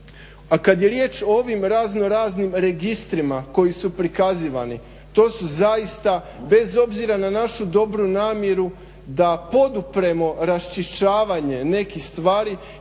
A kad je riječ o ovim raznoraznim registrima koji su prikazivani, to su zaista bez obzira na našu dobru namjeru da podupremo raščišćavanje nekih stvari,